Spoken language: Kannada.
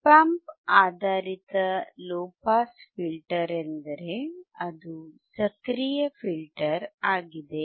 ಆಪ್ ಆಂಪ್ ಆಧಾರಿತ ಲೊ ಪಾಸ್ ಫಿಲ್ಟರ್ ಎಂದರೆ ಅದು ಸಕ್ರಿಯ ಫಿಲ್ಟರ್ ಆಗಿದೆ